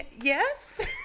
Yes